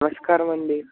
నమస్కారమండి